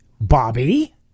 Bobby